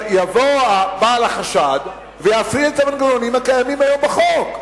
יבוא בעל החשד ויפעיל את המנגנונים הקיימים היום בחוק.